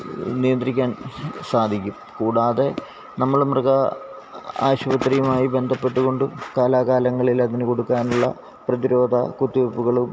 നിയന്ത്രിക്കാൻ സാധിക്കും കൂടാതെ നമ്മൾ മൃഗ ആശുപത്രിയുമായി ബന്ധപ്പെട്ട് കൊണ്ടും കാലാകാലങ്ങളിൽ അതിന് കൊടുക്കാനുള്ള പ്രധിരോധ കുത്തി വയ്പുകളും